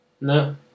No